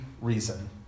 reason